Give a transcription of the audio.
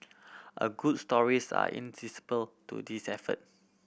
a good stories are to this effort